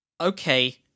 Okay